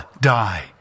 die